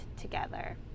together